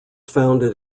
founded